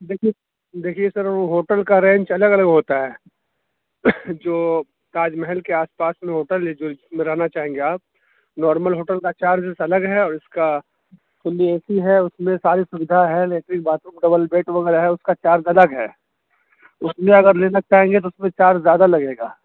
دیکھیے دیکھیے سر وہ ہوٹل کا رینج الگ الگ ہوتا ہے جو تاج محل کے آس پاس میں ہوٹل ہے جس میں رہنا چاہیں گے آپ نارمل ہوٹل کا چارج الگ ہے اور اس کا فل اے سی ہے اس میں ساری سودھا ہے latrine bathroom double bed وغیرہ ہے اس کا چارج الگ ہے اس میں اگر لینا چاہیں گے تو اس میں چارج زیادہ لگے گا